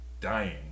dying